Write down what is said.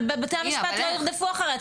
אבל בתי המשפט לא ירדפו אחריה.